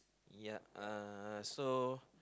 ya uh so